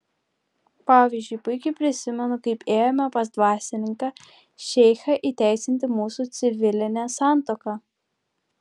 pavyzdžiui puikiai prisimenu kaip ėjome pas dvasininką šeichą įteisinti mūsų civilinę santuoką